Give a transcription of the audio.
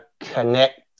connect